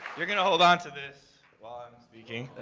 you're going to hold on to this speaking